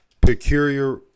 peculiar